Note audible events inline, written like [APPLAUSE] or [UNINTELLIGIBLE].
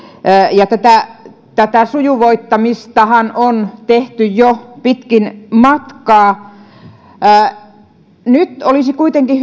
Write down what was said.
ja tätä tätä sujuvoittamistahan on tehty jo pitkin matkaa nyt olisi kuitenkin [UNINTELLIGIBLE]